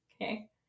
okay